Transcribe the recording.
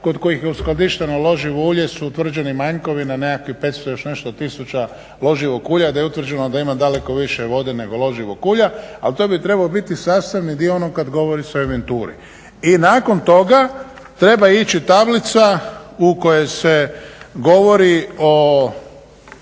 kod kojih je uskladišteno loživo ulje su utvrđeni manjkovi na nekakvih 500 i još nešto tisuća loživog ulja i da je utvrđeno da ima daleko više vode nego loživog ulja. Ali to bi trebao biti sastavni dio ono kada se govori o inventuri. I nakon toga treba ići tablica u kojoj se govori o